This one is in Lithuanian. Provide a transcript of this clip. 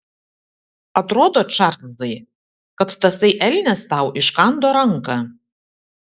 atrodo čarlzai kad tasai elnias tau iškando ranką